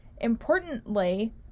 importantly